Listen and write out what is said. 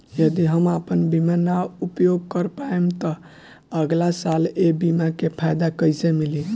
यदि हम आपन बीमा ना उपयोग कर पाएम त अगलासाल ए बीमा के फाइदा कइसे मिली?